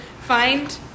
find